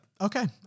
Okay